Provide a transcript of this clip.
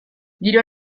giro